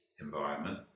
environment